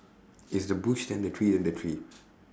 it's the bush then the tree then the tree